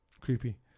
Creepy